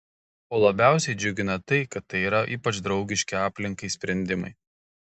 o labiausiai džiugina tai kad tai yra ypač draugiški aplinkai sprendimai